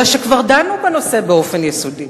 אלא שכבר דנו בנושא באופן יסודי.